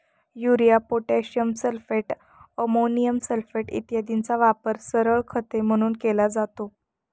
urea, potassium sulphate, ammonium sulphate इत्यादींचा वापर सरळ खते म्हणून केला जातो